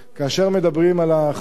כאשר מדברים על החוק